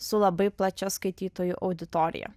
su labai plačia skaitytojų auditorija